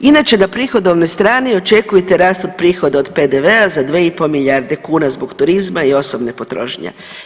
inače na prihodovnoj strani očekujete rast od prihoda od PDV-a za 2,5 milijarde kuna zbog turizma i osobne potrošnje.